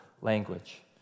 language